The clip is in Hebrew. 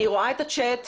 אני רואה את הצ'אט.